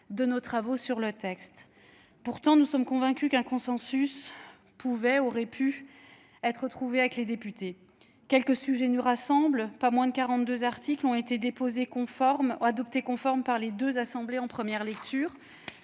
de nos travaux sur ce texte. Pourtant, nous sommes convaincus qu'un consensus pouvait, aurait pu être trouvé avec les députés. Quelques sujets nous rassemblent : pas moins de 42 articles ont été adoptés conformes par les deux assemblées en première lecture.